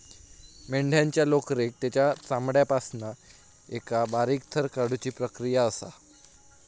मेंढ्यांच्या लोकरेक तेंच्या चामड्यापासना एका बारीक थर काढुची प्रक्रिया असा